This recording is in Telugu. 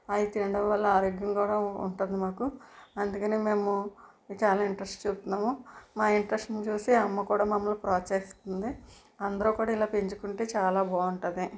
అవి తినడం వల్ల ఆరోగ్యము కూడా ఉంటుంది మాకు అందుకనే మేము చాల ఇంట్రెస్ట్ చూపుతున్నాము మా ఇంట్రెస్ట్ని చూసి అమ్మ కూడా మమ్మలిని ప్రోత్సాహిస్తుంది అందరూ కూడా ఇలా పెంచుకుంటే చాలా బాగుంటుంది